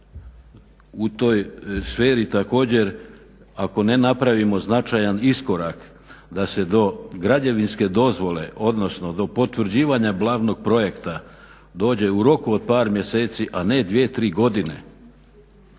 u toj sferi također ako ne napravimo značajan iskorak da se do građevinske dozvole, odnosno do potvrđivanja glavnog projekta dođe u roku od par mjeseci a ne dvije do tri godine,